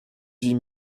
huit